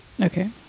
Okay